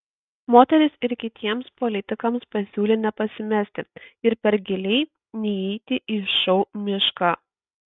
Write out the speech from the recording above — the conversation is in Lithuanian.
moteris ir kitiems politikams pasiūlė nepasimesti ir per giliai neįeiti į šou mišką